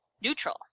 Neutral